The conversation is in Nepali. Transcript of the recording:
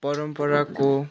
परम्पराको